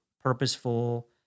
purposeful